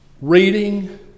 reading